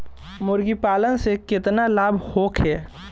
मुर्गीपालन से केतना लाभ होखे?